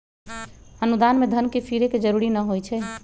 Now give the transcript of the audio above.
अनुदान में धन के फिरे के जरूरी न होइ छइ